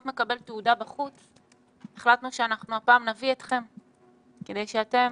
מקבל תהודה בחוץ החלטנו שאנחנו הפעם נביא אתכם כדי שאתם